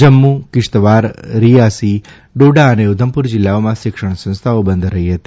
જમ્મુકિશ્તવાર રીઆસી ડોડા ને ઉધમપુર જિલ્લાઓમાં શિક્ષણ સંસ્થાઓ બંધ રઠી હતી